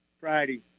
Friday